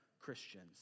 Christians